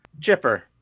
Chipper